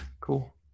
Cool